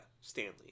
Stanley